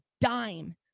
dime